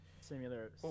similar